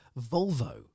Volvo